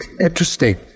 interesting